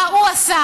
מה הוא עשה,